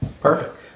Perfect